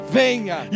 venha